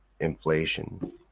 Inflation